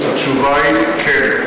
התשובה היא כן.